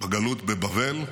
בגלות בבבל,